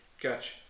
Gotcha